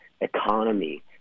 economy